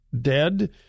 dead